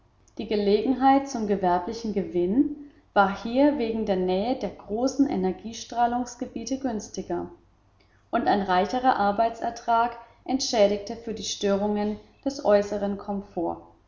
die gelegenheit zum gewerblichen gewinn war hier wegen der nähe der großen energiestrahlungsgebiete günstiger und ein reicherer arbeitsertrag entschädigte für die störungen des äußeren komforts